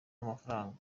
amafaranga